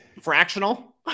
fractional